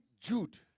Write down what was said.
Jude